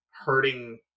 hurting